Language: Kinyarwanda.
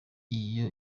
n’iyo